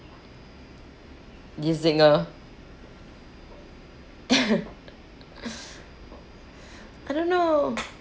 the zinger I don't know